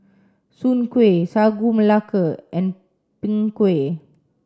Soon Kway Sagu Melaka and Png Kueh